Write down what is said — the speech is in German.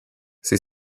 sie